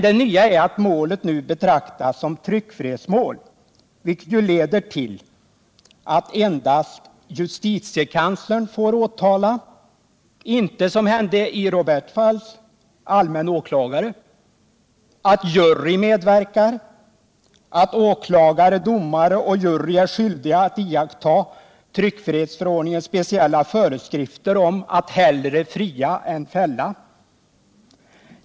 Det nya är att målet nu betraktas som tryck frihetsmål, vilket ju leder till att endast justitiekanslern får åtala — inte, så som hände i Robérts fall, allmänna åklagaren — att jury medverkar och att åklagare, domare och jury är skyldiga att iaktta tryckfrihetsförordningens speciella föreskrifter om att hellre fria än fälla.